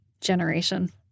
generation